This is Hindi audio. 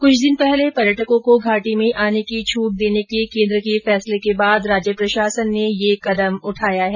कुछ दिन पहले पर्यटकों को घाटी में आने की छूट देने के केंद्र के फैसले के बाद राज्य प्रशासन ने यह कदम उठाया है